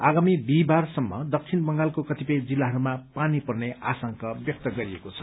आगामी बिहीबारसम्म दक्षिण बंगालको कतिपय जिल्लाहरूमा पानी पर्ने आशंका व्यक्त गरिएको छ